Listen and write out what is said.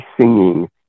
singing